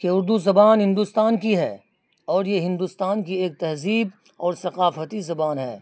کہ اردو زبان ہندوستان کی ہے اور یہ ہندوستان کی ایک تہذیب اور ثقافتی زبان ہے